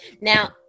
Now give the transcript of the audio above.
Now